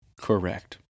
correct